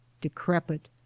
decrepit